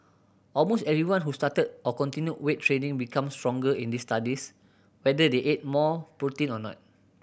almost everyone who started or continued weight training become stronger in these studies whether they ate more protein or not